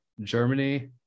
Germany